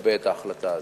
יגבה את ההחלטה הזאת.